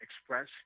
express